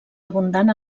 abundant